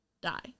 die